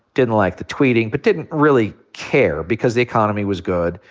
didn't like the tweeting, but didn't really care because the economy was good,